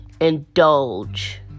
indulge